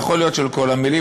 לא הקשבת לי.